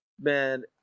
Man